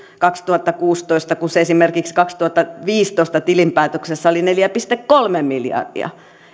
kaksituhattakuusitoista kun se esimerkiksi kaksituhattaviisitoista tilinpäätöksessä oli neljä pilkku kolme miljardia